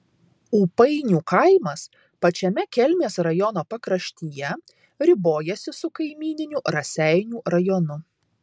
ūpainių kaimas pačiame kelmės rajono pakraštyje ribojasi su kaimyniniu raseinių rajonu